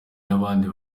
n’abandi